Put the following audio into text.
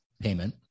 payment